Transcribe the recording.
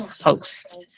post